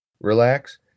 relax